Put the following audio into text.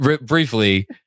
briefly